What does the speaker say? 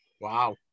Wow